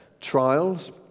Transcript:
Trials